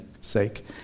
sake